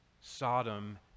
Sodom